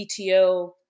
PTO